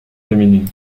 féminine